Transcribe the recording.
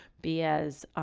be as, um,